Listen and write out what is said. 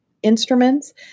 instruments